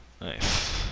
Nice